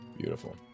Beautiful